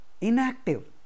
inactive